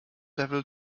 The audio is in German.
level